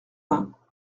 vingts